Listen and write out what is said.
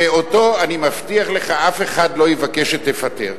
שאותו אני מבטיח לך אף אחד לא יבקש שתפטר,